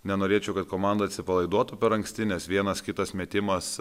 nenorėčiau kad komanda atsipalaiduotų per anksti nes vienas kitas metimas